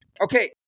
okay